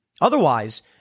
Otherwise